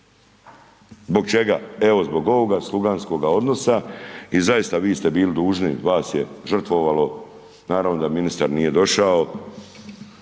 Zbog čega? Evo zbog ovog sluganskoga odnosa i zaista vi ste bili dužnosti, vas je žrtvovalo, naravno da ministar nije došao